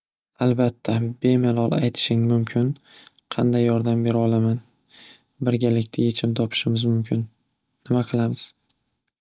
Albatta bemalol aytishing mumkin qanday yordam beraolaman birgalikda yechim topishimiz mumkin nima qilamiz?